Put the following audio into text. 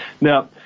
Now